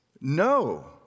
No